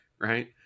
right